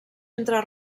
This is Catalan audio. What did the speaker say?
entre